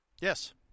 Yes